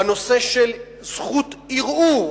בנושא של זכות ערעור?